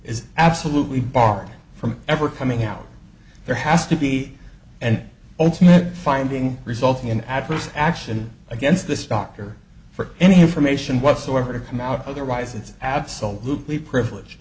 is absolutely barred from ever coming out there has to be and finding resulting in adverse action against this doctor for any information whatsoever to come out otherwise it's absolutely privileged